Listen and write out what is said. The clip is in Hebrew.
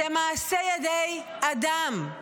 זה מעשה ידי אדם,